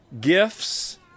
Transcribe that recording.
gifts